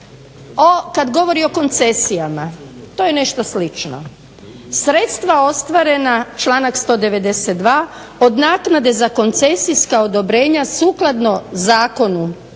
Kad govori o koncesijama to je nešto slično. Sredstva ostvarena članak 192. od naknade za koncesijska odobrenja sukladno Zakonu